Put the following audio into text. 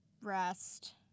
rest